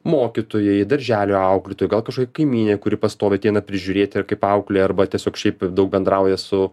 mokytojai darželių auklėtojai gal kažkokia kaimynė kuri pastoviai ateina prižiūrėti ar kaip auklė arba tiesiog šiaip daug bendrauja su